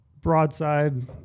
broadside